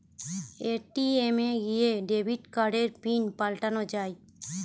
ATM এ গিয়ে debit কার্ডের পিন পাল্টানো যায়